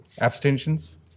abstentions